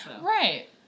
Right